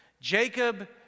Jacob